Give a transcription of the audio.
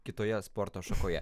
kitoje sporto šakoje